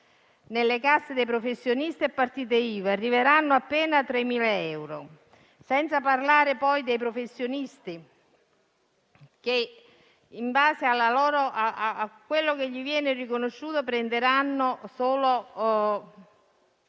nelle casse dei professionisti e partite IVA arriveranno appena 3.000 euro; senza parlare poi dei professionisti che, in base a quello che viene loro riconosciuto, prenderanno solo